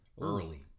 early